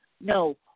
No